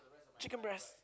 chicken breast